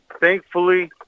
thankfully